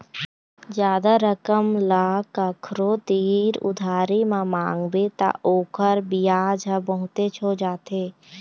जादा रकम ल कखरो तीर उधारी म मांगबे त ओखर बियाज ह बहुतेच हो जाथे